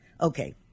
Okay